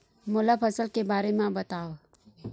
मोला फसल के बारे म बतावव?